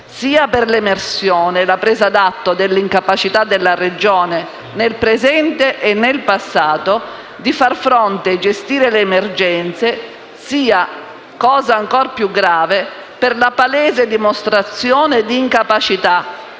sia per l'emersione e la presa d'atto dell'incapacità della Regione, nel presente e nel passato, di far fronte e gestire le emergenze, sia (fatto ancor più grave) per la palese dimostrazione di incapacità